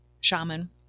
shaman